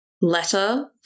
letter